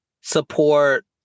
Support